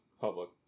public